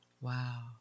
Wow